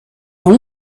اون